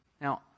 Now